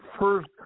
first